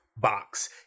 box